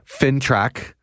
FinTrack